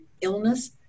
Illness